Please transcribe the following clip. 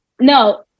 No